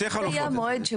שתי חלופות.